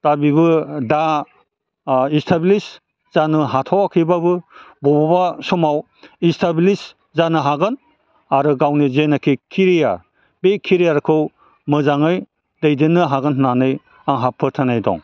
दा बिबो दा इस्टाब्लिस जानो हाथ'वाखैबाबो बबावबा समाव इस्टाब्लिस जानो हागोन आरो गावनि जेनोखि केरियार बे केरियारखौ मोजाङै दैदेननो हागोन होननानै आंहा फोथायनाय दं